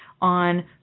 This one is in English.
on